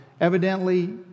evidently